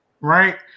right